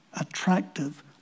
attractive